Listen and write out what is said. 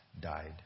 died